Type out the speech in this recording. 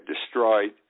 destroyed